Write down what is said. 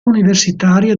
universitaria